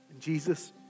Jesus